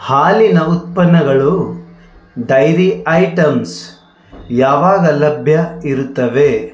ಹಾಲಿನ ಉತ್ಪನ್ನಗಳು dairy items ಯಾವಾಗ ಲಭ್ಯ ಇರುತ್ತವೆ